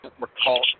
recall